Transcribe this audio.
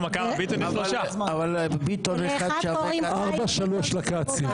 אבל ביטון אחד שווה כמה כצים.